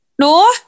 No